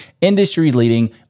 industry-leading